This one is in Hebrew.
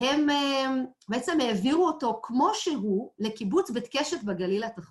הם בעצם העבירו אותו, כמו שהוא, לקיבוץ בית קשת בגליל התחתון.